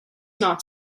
not